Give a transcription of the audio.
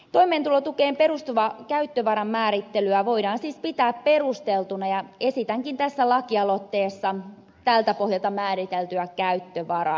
toimeentulotukeen perustuvaa käyttövaran määrittelyä voidaan siis pitää perusteltuna ja esitänkin tässä lakialoitteessa tältä pohjalta määriteltyä käyttövaraa